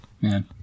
Man